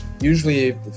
Usually